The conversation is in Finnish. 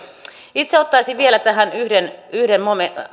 itse ottaisin vielä tähän yhden yhden